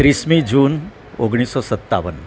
ત્રીસમી June ઓગણીસસો સત્તાવન